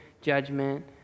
judgment